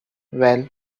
well